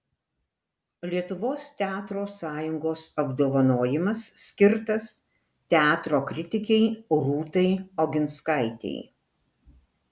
lietuvos teatro sąjungos apdovanojimas skirtas teatro kritikei rūtai oginskaitei